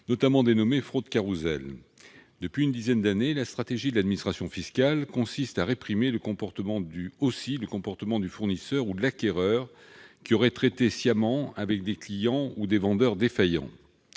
notamment à des fraudes carrousel. Depuis une dizaine d'années, la stratégie de l'administration fiscale consiste à réprimer également le comportement du fournisseur ou de l'acquéreur qui aurait traité sciemment avec des clients ou des vendeurs défaillants.